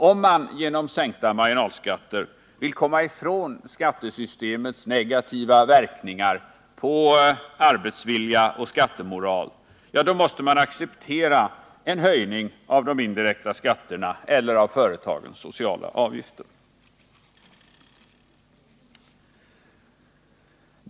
Om man genom sänkta marginalskatter vill komma ifrån skattesystemets negativa verkningar på arbetsvilja och på skattemoral, då måste man acceptera en höjning av indirekta skatter eller av företagens sociala avgifter.